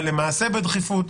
אבל למעשה בדחיפות.